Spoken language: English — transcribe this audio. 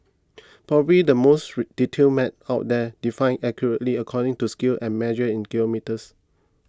probably the most detailed map out there defined accurately according to scale and measured in kilometres